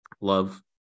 love